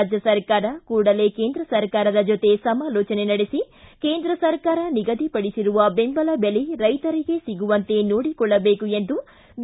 ರಾಜ್ಯ ಸರ್ಕಾರ ಕೂಡಲೇ ಕೇಂದ್ರ ಸರ್ಕಾರದ ಜತೆ ಸಮಾಲೋಚನೆ ನಡೆಸಿ ಕೇಂದ್ರ ಸರ್ಕಾರ ನಿಗದಿಪಡಿಸಿರುವ ಬೆಂಬಲ ಬೆಲೆ ರೈತರಿಗೆ ಸಿಗುವಂತೆ ನೋಡಿಕೊಳ್ಳದೇಕು ಎಂದು ಬಿ